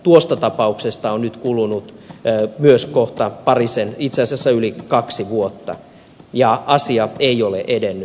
tuosta tapauksesta on nyt kulunut itse asiassa yli kaksi vuotta ja asia ei ole edennyt